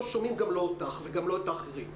לא שומעים אותך ולא את האחרים .